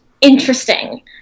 interesting